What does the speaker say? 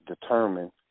determined